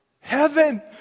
Heaven